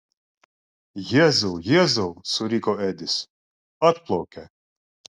jėzau jėzau suriko edis atplaukia